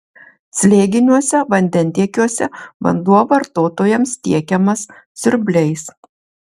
slėginiuose vandentiekiuose vanduo vartotojams tiekiamas siurbliais